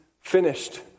finished